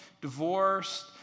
divorced